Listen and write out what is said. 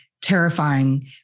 terrifying